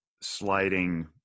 sliding